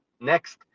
next